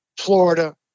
Florida